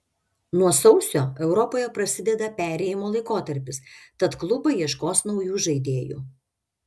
nuo sausio europoje prasideda perėjimo laikotarpis tad klubai ieškos naujų žaidėjų